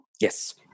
Yes